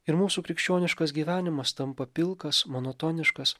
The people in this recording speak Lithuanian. ir mūsų krikščioniškas gyvenimas tampa pilkas monotoniškas